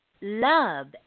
love